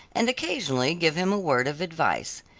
and occasionally give him a word of advice.